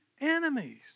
enemies